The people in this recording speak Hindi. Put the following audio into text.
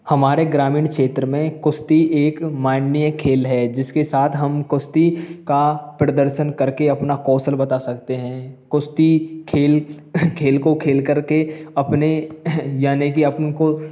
हमारे ग्रामीण क्षेत्र में कुश्ती एक माननीय खेल है जिसके साथ हम कुश्ती का प्रदर्शन करके अपना कौशल बता सकते हैं कुश्ती खेल को खेल करके अपने यानी के अपुन को